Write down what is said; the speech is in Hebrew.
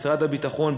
משרד הביטחון,